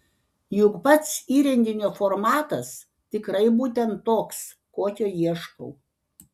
juk pats įrenginio formatas tikrai būtent toks kokio ieškau